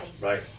right